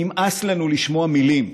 נמאס לנו לשמוע מילים,